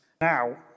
Now